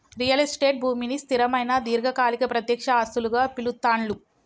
real estate భూమిని స్థిరమైన దీర్ఘకాలిక ప్రత్యక్ష ఆస్తులుగా పిలుత్తాండ్లు